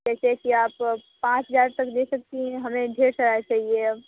जैसे कि आप पाँच हजार तक दे सकती हैं हमें ढेर सारा चाहिए अब